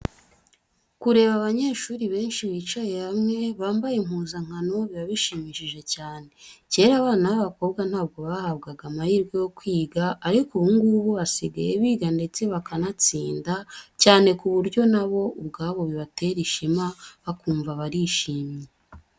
Kureba abanyeshuri benshi bicaye hamwe, bambaye impuzankano biba bishimishije cyane. Kera abana b'abakobwa ntabwo bahabwaga amahirwe yo kwiga ariko ubu ngubu basigaye biga ndetse bakanatsinda cyane ku buryo na bo ubwabo bibatera ishema bakumva barishimye.